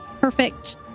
perfect